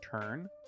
turn